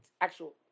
actual